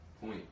point